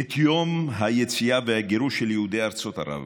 את יום היציאה והגירוש של יהודי ארצות ערב.